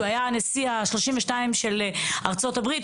הנשיא ה-32 של ארצות הברית,